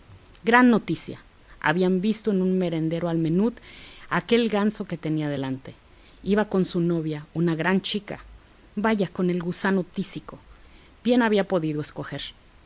gran noticia había visto en un merendero al menut a aquel ganso que tenía delante iba con su novia una gran chica vaya con el gusano tísico bien había sabido escoger